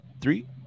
three